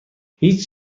هیچ